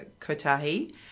Kotahi